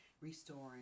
restoring